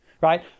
right